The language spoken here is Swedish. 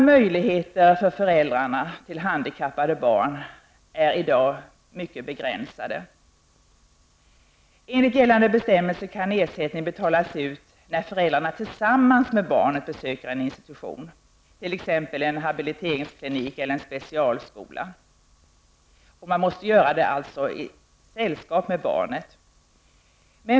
Möjligheterna för föräldrar till handikappde barn att få ersättning är i dag mycket begränsade. Enligt gällande bestämmelser kan ersättning betalas ut när föräldrarna tillsammans med barnet besöker en institution, t.ex. en habiliteringsklinik eller en specialskola. Besöken måste alltså ske i sällskap med barnet.